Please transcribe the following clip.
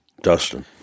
Dustin